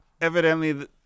evidently